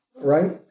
right